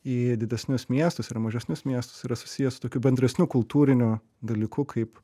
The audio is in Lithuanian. į didesnius miestus ir mažesnius miestus yra susiję su tokiu bendresniu kultūriniu dalyku kaip